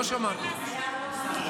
לא שמעתם.